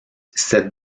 cette